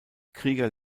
krieger